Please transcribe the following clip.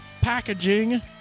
packaging